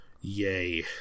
Yay